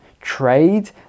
trade